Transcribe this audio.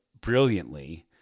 brilliantly